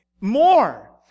more